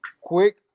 Quick